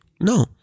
No